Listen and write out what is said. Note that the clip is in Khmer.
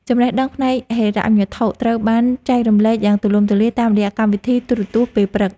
ចំណេះដឹងផ្នែកហិរញ្ញវត្ថុត្រូវបានចែករំលែកយ៉ាងទូលំទូលាយតាមរយៈកម្មវិធីទូរទស្សន៍ពេលព្រឹក។